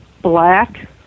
black